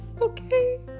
okay